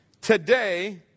Today